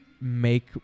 make